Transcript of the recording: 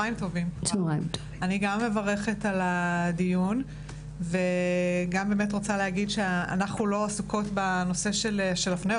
אני גם מברכת על הדיון ורוצה להגיד שאנחנו לא עסוקות בנושא של הפניות,